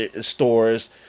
stores